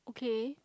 okay